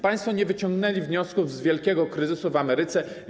Państwo nie wyciągnęliście wniosków z wielkiego kryzysu w Ameryce.